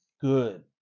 good